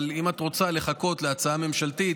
אבל אם את רוצה לחכות להצעה ממשלתית,